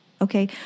okay